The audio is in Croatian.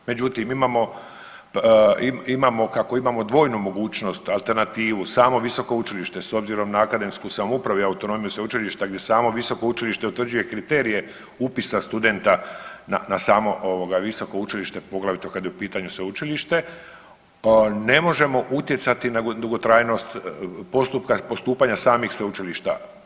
Međutim imamo, kako imamo dvojnu mogućnost alternativu, samo visoko učilište, s obzirom na akademsku samoupravu i autonomiju sveučilišta gdje samo visoko učilište utvrđuje kriterije upisa studenta na samo visoko učilište, poglavito kad je u pitanju sveučilište, ne može utjecati na dugotrajnost postupka, postupanja samih sveučilišta.